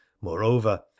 moreover